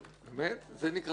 זה נקרא הרחבה?